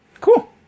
Cool